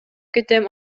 кетем